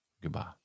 Goodbye